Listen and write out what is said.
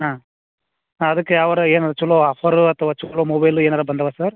ಹಾಂ ಹಾಂ ಅದಕ್ಕೆ ಯಾವರು ಏನು ಚಲೋ ಆಫರ್ ಅಥವಾ ಚಲೋ ಮೊಬೈಲ್ ಏನಾರೂ ಬಂದವಾ ಸರ್